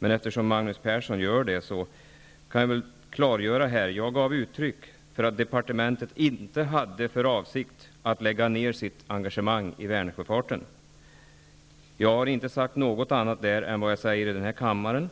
Men eftersom Magnus Persson gör det vill jag komma med ett klargörande. Jag gav uttryck för att departementet inte hade för avsikt att lägga ned sitt engagemang i Vänersjöfarten. Jag har inte sagt något annat där än vad jag har sagt i den här kammaren.